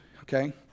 okay